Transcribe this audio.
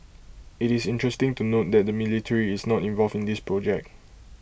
IT is interesting to note that the military is not involved in this project